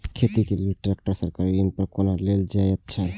खेती के लेल ट्रेक्टर सरकारी ऋण पर कोना लेल जायत छल?